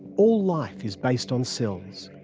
all life is based on cells,